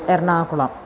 Ernakulam